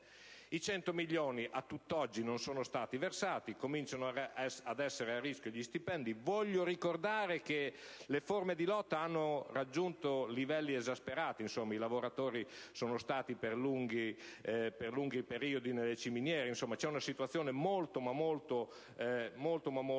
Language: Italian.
i 100 milioni a tutt'oggi non sono stati versati. Cominciano ad essere a rischio gli stipendi, e voglio ricordare che le forme di lotta hanno raggiunto livelli esasperati, i lavoratori sono stati per lunghi periodi sulle ciminiere, c'è una situazione molto preoccupante.